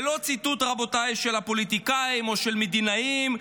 זה לא ציטוט של פוליטיקאים או של מדינאים,